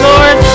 Lord